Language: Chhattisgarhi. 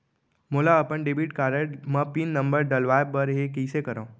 मोला अपन डेबिट कारड म पिन नंबर डलवाय बर हे कइसे करव?